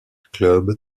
club